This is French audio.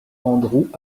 andrew